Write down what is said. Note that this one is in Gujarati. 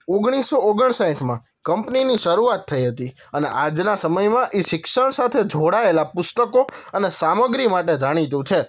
ઓગણીસો ઓગણસાઠમાં કંપનીની શરૂઆત થઈ હતી અને આજના સમયમાં એ શિક્ષણ સાથે જોડાયેલા પુસ્તકો અને સામગ્રી માટે જાણીતું છે